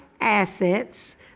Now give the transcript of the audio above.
Assets